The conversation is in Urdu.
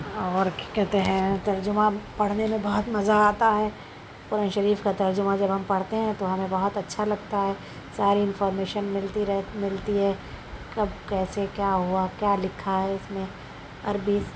اور کیا کہتے ہیں ترجمہ پڑھنے میں بہت مزہ آتا ہے قرآن شریف کا ترجمہ جب ہم پڑھتے ہیں تو ہمیں بہت اچّھا لگتا ہے ساری انفارمیشن ملتی رہتی ملتی ہے کب کیسے کیا ہوا کیا لکھا ہے اس میں عربک